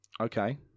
Okay